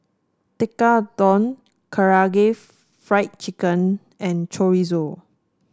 Tekkadon Karaage Fried Chicken and Chorizo